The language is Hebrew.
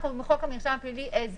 אנחנו עם חוק המרשם הפלילי as is.